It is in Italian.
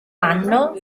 anno